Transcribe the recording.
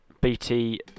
BT